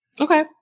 Okay